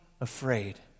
afraid